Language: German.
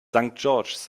george’s